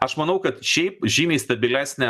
aš manau kad šiaip žymiai stabilesnė